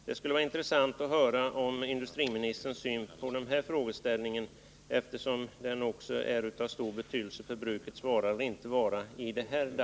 Det skulle vara intressant att nu höra industriministerns syn på denna frågeställning, eftersom den även i dagsläget är av stor vikt för brukets vara eller inte vara.